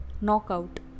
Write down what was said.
Knockout